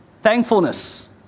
Thankfulness